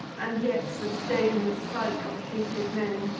and yet sustain the sight of hated men,